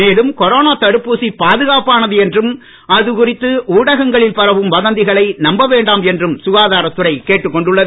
மேலும் கொரோனா தடுப்பூசி பாதுகாப்பானது என்றும் அது குறித்து ஊடகங்களில் பரவும் வதந்திகளை நம்ப வேண்டாம் என்றும் சுகாதாரத்துறை கேட்டுக் கொண்டுள்ளது